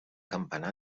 campanar